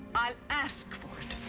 i'll ask for it.